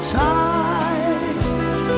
tight